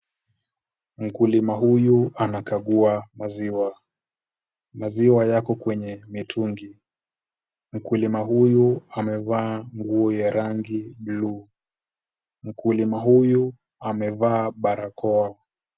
Mkulima huyu anakagua maziwa. Maziwa yako kwenye mitungi. Mkulima huyu amevaa nguo ya rangi blue . Mkulima huyu amevaa barakoa.